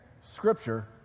Scripture